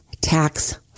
tax